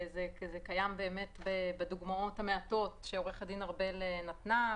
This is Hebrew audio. זה אמנם קיים בדוגמאות המעטות שעורכת דין ארבל נתנה,